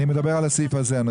אני מדבר על הסעיף הזה.